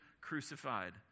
crucified